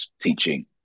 teaching